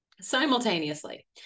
simultaneously